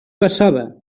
passava